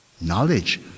Knowledge